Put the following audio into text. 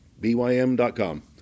bym.com